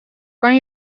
kan